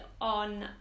on